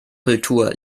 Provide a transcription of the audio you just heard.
kultur